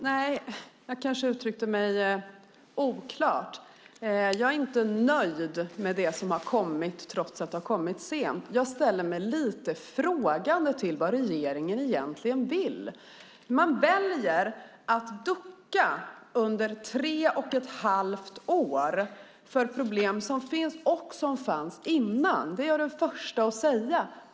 Herr talman! Jag kanske uttryckte mig oklart. Jag är inte nöjd med det som har kommit trots att det har kommit sent. Jag ställer mig lite frågande till vad det är regeringen egentligen vill. Man väljer att ducka under tre och ett halvt år för problem som finns och som fanns innan. Det är jag den första att säga.